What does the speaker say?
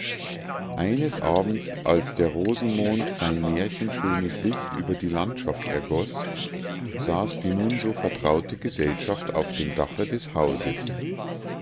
eines abends als der rosenmond sein märchenschönes licht über die landschaft ergoß saß die nun so vertraute gesellschaft auf dem dache des hauses